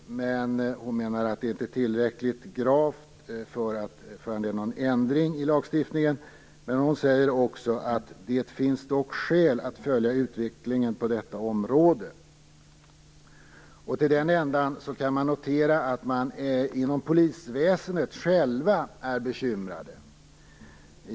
Men hon menar att detta inte är tillräckligt gravt för att införa en ändring i lagstiftningen. Men hon säger att det dock finns skäl att följa utvecklingen på detta område. Då kan man notera att man inom polisväsendet är bekymrad.